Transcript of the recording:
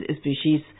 species